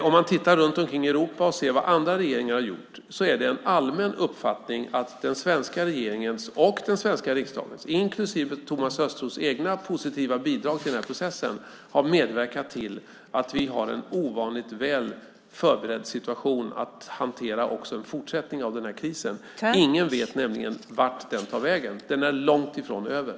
Om man jämför med länder runt omkring i Europa och vad andra regeringar har gjort är det en allmän uppfattning att den svenska regeringen och den svenska riksdagen, inklusive Thomas Östros egna positiva bidrag till den här processen, har medverkat till att vi är ovanligt väl förberedda att hantera också en fortsättning av den här krisen. Ingen vet nämligen vart den tar vägen. Den är långt ifrån över.